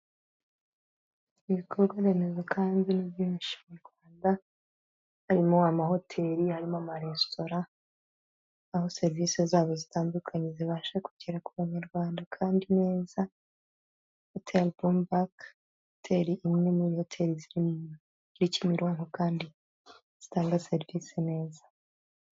Ibikorwa remezo kandi byinshi mu Rwanda, harimo amahoteli, harimo amaresitora, aho serivisi zabo zitandukanye zibasha kugera ku banyarwanda kandi neza, hoteri bomubaka hoteri imwe muri hoteli ziri muri kimironko kandi zitanga serivisi neza.